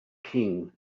king